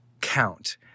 count